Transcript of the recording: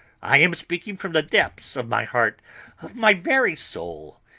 i am speaking from the depths of my heart of my very soul.